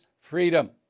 freedom